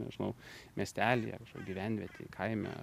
nežinau miestelyje gyvenvietėj kaime